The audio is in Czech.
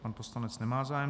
Pan poslanec nemá zájem.